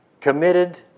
Committed